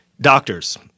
doctors